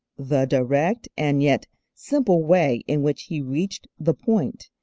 the direct and yet simple way in which he reached the point,